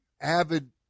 avid